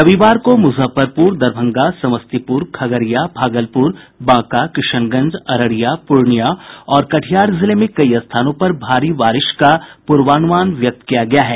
रविवार को मुजफ्फरपुर दरभंगा समस्तीपुर खगड़िया भागलपुर बांका किशनगंज अररिया पूर्णियां और कटिहार जिले में कई स्थानों पर भारी बारिश का पूर्वानुमान व्यक्त किया गया है